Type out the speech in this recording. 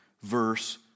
verse